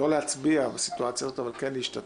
לא להצביע בסיטואציה הזו אבל כן להשתתף.